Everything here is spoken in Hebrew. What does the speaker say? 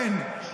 אין.